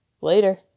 Later